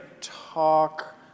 talk